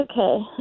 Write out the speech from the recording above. Okay